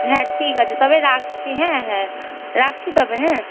হ্যাঁ ঠিক আছে তবে রাখছি হ্যাঁ হ্যাঁ রাখছি তবে হ্যাঁ